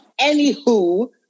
anywho